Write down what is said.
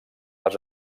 les